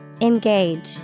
Engage